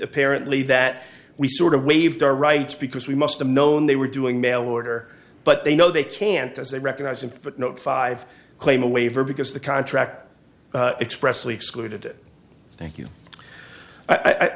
apparently that we sort of waived our rights because we must have known they were doing mail order but they know they can't they recognize in footnote five claim a waiver because the contract expressly excluded it thank you i